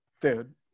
Dude